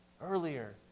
earlier